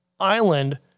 island